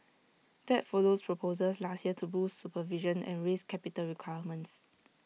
that follows proposals last year to boost supervision and raise capital requirements